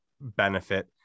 benefit